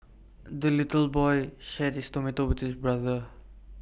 the little boy shared his tomato with his brother